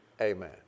Amen